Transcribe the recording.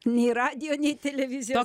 nei radijo nei televizijos